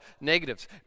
negatives